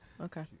Okay